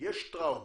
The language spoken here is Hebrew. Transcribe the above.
יש טראומה,